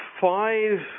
five